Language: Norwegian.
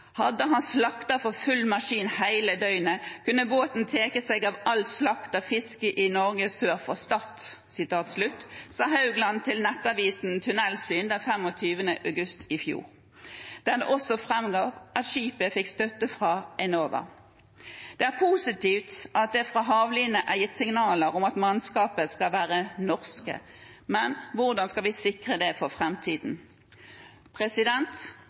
han slakta for full maskin heile døgnet, kunne båten teke seg av all slakt av fisk i Norge sør for Stad», sa Haugland til nettavisen Tunnelsyn den 15. august i fjor, der det også framgår at skipet fikk støtte fra Enova. Det er positivt at det fra Hav Line er gitt signaler om at mannskapet skal være norsk, men hvordan skal vi sikre det for